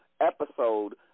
episode